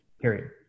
Period